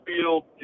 field